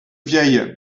vieille